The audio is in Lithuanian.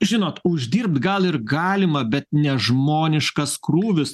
žinot uždirbt gal ir galima bet nežmoniškas krūvis